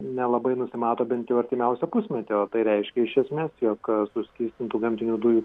nelabai nusimato bent jau artimiausią pusmetį o tai reiškia iš esmės jog suskystintų gamtinių dujų